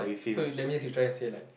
so that means you trying say like